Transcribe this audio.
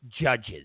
judges